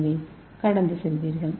ஏவை கடந்து செல்வீர்கள்